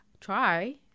Try